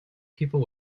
people